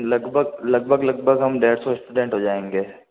लगभग लगभग लगभग हम डेढ़ सौ स्टूडेंट हो जाएंगे